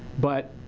but,